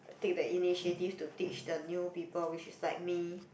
take the initiative to teach the new people which is like me